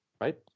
right